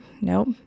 Nope